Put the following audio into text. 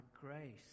grace